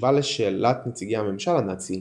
בתשובה לשאלת נציגי הממשל הנאצי,